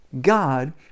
God